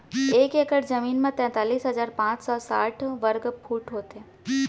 एक एकड़ जमीन मा तैतलीस हजार पाँच सौ साठ वर्ग फुट होथे